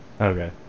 Okay